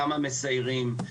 כמה מסיירים,